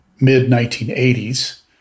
mid-1980s